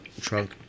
trunk